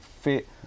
fit